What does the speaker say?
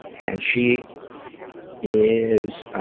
and she is,